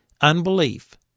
unbelief